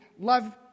love